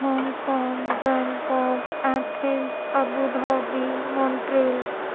Hong Kong Bangkok Athens Abu Dhabi Montreal